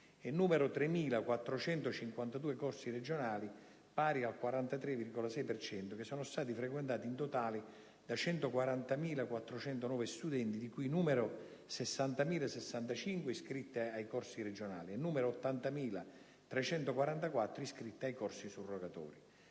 cento, e 3.452 corsi regionali pari al 43,6 per cento, che sono stati frequentati in totale da 140.409 studenti, di cui 60.065 iscritti ai corsi regionali e 80.344 iscritti ai corsi surrogatori.